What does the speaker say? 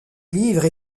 livre